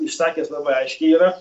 išsakęs labai aiškiai yra